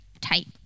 type